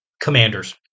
Commanders